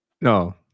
No